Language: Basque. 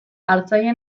hartzaile